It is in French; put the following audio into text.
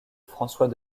françois